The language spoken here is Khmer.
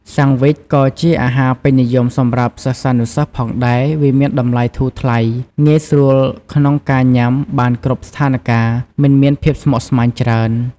សាំងវ៉ិចក៏ជាអាហាពេញនិយមសម្រាប់សិស្សានុសិស្សផងដែរ វាមានតម្លៃធូរថ្លៃ ងាយស្រួលក្នុងការញាំបានគ្រប់ស្ថានការណ៍មិនមានភាពស្មុគស្មាញច្រើន។